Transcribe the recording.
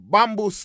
Bamboo